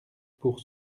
pour